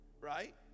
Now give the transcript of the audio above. right